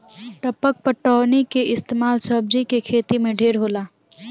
टपक पटौनी के इस्तमाल सब्जी के खेती मे ढेर होला